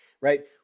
right